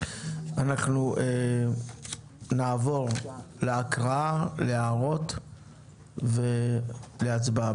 נעבור להקראה, להערות ולהצבעה.